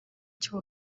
cy’u